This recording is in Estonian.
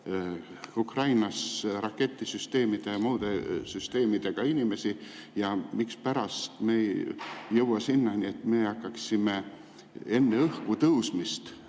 Ukrainas raketisüsteemide ja muude süsteemidega inimesi ja mispärast me ei jõua sinnani, et me hakkaksime neid süsteeme